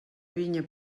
vinya